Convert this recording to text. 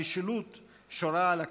המשילות שורה על הכנסת,